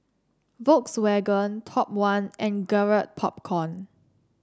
Volkswagen Top One and Garrett Popcorn